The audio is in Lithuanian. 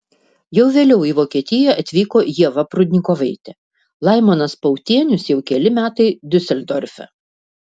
jau vėliau į vokietiją atvyko ieva prudnikovaitė laimonas pautienius jau keli metai diuseldorfe